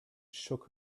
shook